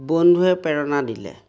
বন্ধুৱে প্ৰেৰণা দিলে